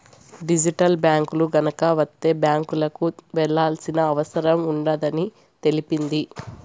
digital బ్యాంకులు గనక వత్తే బ్యాంకులకు వెళ్లాల్సిన అవసరం ఉండదని తెలిపింది